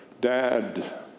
dad